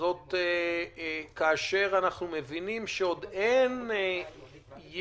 זאת כאשר אנחנו מבינים שעוד אין ידיעה